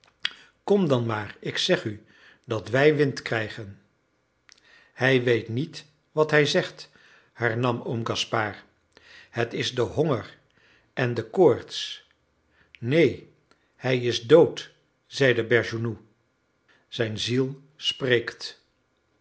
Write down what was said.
kom dan maar ik zeg u dat wij wind krijgen hij weet niet wat hij zegt hernam oom gaspard het is de honger en de koorts neen hij is dood zeide bergounhoux zijn ziel spreekt